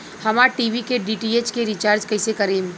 हमार टी.वी के डी.टी.एच के रीचार्ज कईसे करेम?